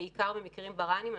בעיקר במקרים ברה"ניים,